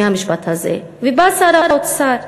מהמשפט הזה, ובא שר האוצר.